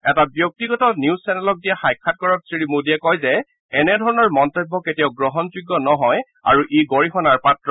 এটা ব্যক্তিগত নিউজ চেনেলক দিয়া সাক্ষাৎকাৰত শ্ৰীমোদীয়ে কয় যে এনে ধৰণৰ মন্তব্য কেতিয়াও গ্ৰহণযোগ্য নহয় আৰু ই গৰিহণাৰ পাত্ৰ